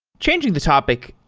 changing the topic.